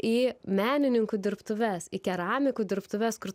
į menininkų dirbtuves į keramikų dirbtuves kur